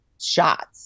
shots